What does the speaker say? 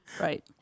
Right